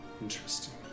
interesting